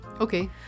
Okay